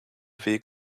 weg